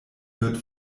wird